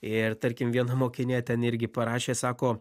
ir tarkim viena mokinė ten irgi parašė sako